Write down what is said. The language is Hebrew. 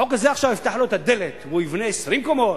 החוק הזה עכשיו יפתח לו את הדלת והוא יבנה 20 קומות,